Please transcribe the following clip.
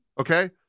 Okay